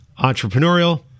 Entrepreneurial